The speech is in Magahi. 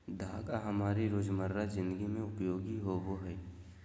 धागा हमारी रोजमर्रा जिंदगी में उपयोगी होबो हइ